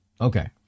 Okay